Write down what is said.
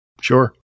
Sure